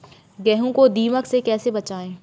गेहूँ को दीमक से कैसे बचाएँ?